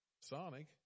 Sonic